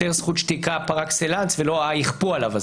זכות שתיקה פר-אקסלנס ולא יכפו עליו.